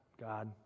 God